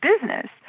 business